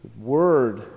word